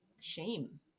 shame